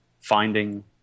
finding